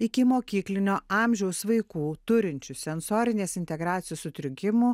ikimokyklinio amžiaus vaikų turinčių sensorinės integracijos sutrikimų